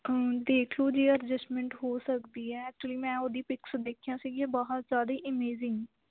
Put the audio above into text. ਦੇਖ ਲਓ ਜੇ ਅਡਜਸਮੈਂਟ ਹੋ ਸਕਦੀ ਹੈ ਐਕਚੁਲੀ ਮੈਂ ਉਹਦੀ ਪਿੱਕਸ ਦੇਖੀਆ ਸੀਗੀਆਂ ਬਹੁਤ ਜ਼ਿਆਦਾ ਇਮੇਜ਼ਿੰਗ